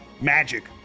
magic